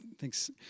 Thanks